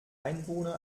einwohner